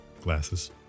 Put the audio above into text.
glasses